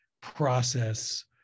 process